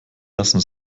lassen